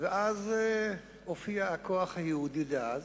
ואז הופיע הכוח היהודי דאז,